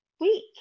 week